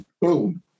boom